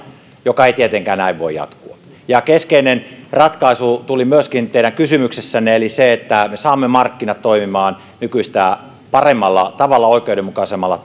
joka ei tietenkään näin voi jatkua keskeinen ratkaisu tuli myöskin teidän kysymyksessänne eli se että me saamme markkinat toimimaan nykyistä paremmalla tavalla oikeudenmukaisemmalla